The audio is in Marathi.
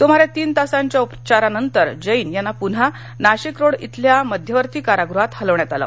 सुमारे तीन तासांच्या उपचारानंतर जैन यांना पून्हा नाशिकरोड येथील मध्यवर्ती कारागृहात हलविण्यात आले